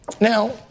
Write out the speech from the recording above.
now